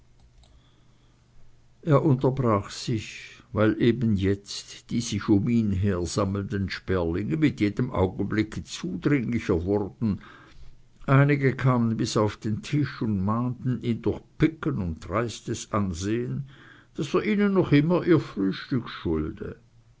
er unterbrach sich weil eben jetzt die sich um ihn her sammelnden sperlinge mit jedem augenblicke zudringlicher wurden einige kamen bis auf den tisch und mahnten ihn durch picken und dreistes ansehen daß er ihnen noch immer ihr frühstück schulde